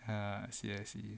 ah I see I see